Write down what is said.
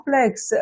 complex